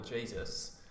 Jesus